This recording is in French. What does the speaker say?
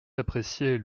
l’apprécier